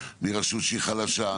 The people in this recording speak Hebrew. מי רשות שהיא חלשה,